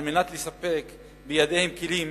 על מנת לספק בידיהם כלים